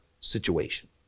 situation